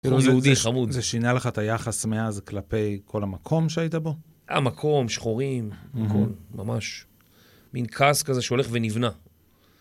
- זה שינה לך את היחס מאז כלפי כל המקום שהיית בו? - המקום, שחורים, הכל, ממש. מין כעס כזה שהולך ונבנה.